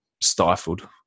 stifled